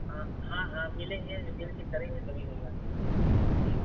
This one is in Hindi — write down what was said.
हाँ हाँ मिलेंगे मिलके करेंगे तभी होगा